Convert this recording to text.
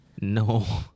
No